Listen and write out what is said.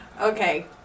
Okay